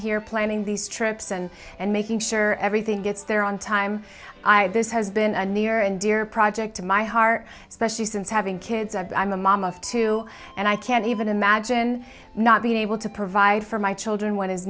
here planning these trips and and making sure everything gets there on time i this has been a near and dear project to my heart especially since having kids i'm a mom of two and i can't even imagine not being able to provide for my children what is